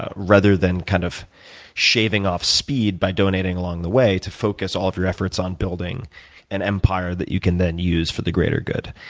ah rather than kind of shaving off speed by donating along the way, to focus all of your efforts on building an empire that you can then use for the greater good.